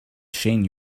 shane